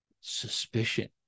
suspicion